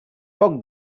poc